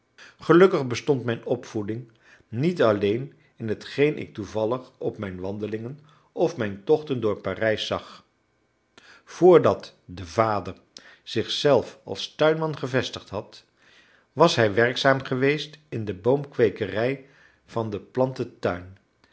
gelukkig bestond mijn opvoeding niet alleen in hetgeen ik toevallig op mijn wandelingen of mijn tochten door parijs zag voordat de vader zich zelf als tuinman gevestigd had was hij werkzaam geweest in de boomkweekerij van den plantentuin